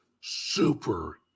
super